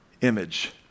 image